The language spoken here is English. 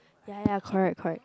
ya ya correct correct